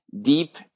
deep